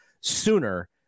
sooner